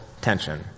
tension